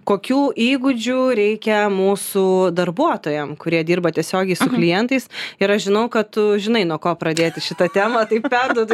kokių įgūdžių reikia mūsų darbuotojam kurie dirba tiesiogiai su klientais ir aš žinau kad tu žinai nuo ko pradėti šitą temą tai perduodu